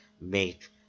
make